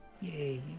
Yay